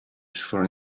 for